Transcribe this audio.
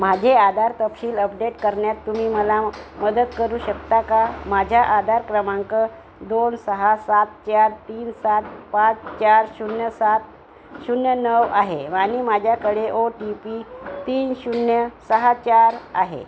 माझे आधार तपशील अपडेट करण्यात तुम्ही मला मदत करू शकता का माझ्या आधार क्रमांक दोन सहा सात चार तीन सात पाच चार शून्य सात शून्य नऊ आहे आणि माझ्याकडे ओ टी पी तीन शून्य सहा चार आहे